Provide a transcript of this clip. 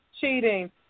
cheating